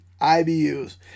IBUs